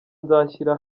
nzashyira